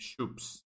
shoops